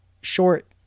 short